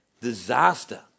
disaster